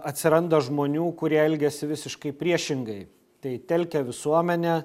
atsiranda žmonių kurie elgiasi visiškai priešingai tai telkia visuomenę